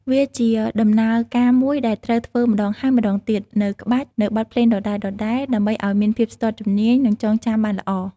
វាជាដំណើរការមួយដែលត្រូវធ្វើម្តងហើយម្តងទៀត នូវក្បាច់ ឬបទភ្លេងដដែលៗ ដើម្បីឱ្យមានភាពស្ទាត់ជំនាញ និងចងចាំបានល្អ។